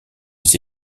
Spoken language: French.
les